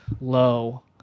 low